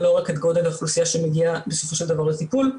ולא רק את גודל האוכלוסייה שמגיעה בסופו של דבר לטיפול,